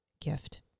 gift